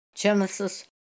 Genesis